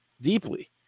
deeply